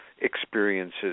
experiences